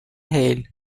hale